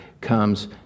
comes